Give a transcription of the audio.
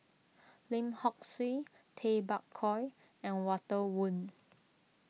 Lim Hock Siew Tay Bak Koi and Walter Woon